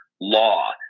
law